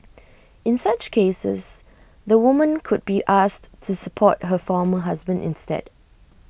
in such cases the woman could be asked to support her former husband instead